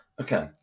Okay